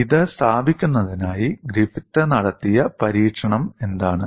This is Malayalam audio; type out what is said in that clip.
ഇത് സ്ഥാപിക്കുന്നതിനായി ഗ്രിഫിത്ത് നടത്തിയ പരീക്ഷണം എന്താണ്